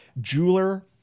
jeweler